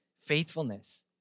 faithfulness